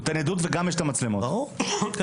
נותן עדות ויש גם מצלמות מעולה.